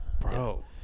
Bro